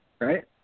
Right